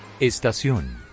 Estación